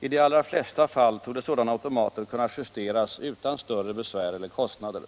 I de allra flesta fall torde sådana automater kunna justeras utan större besvär eller kostnad.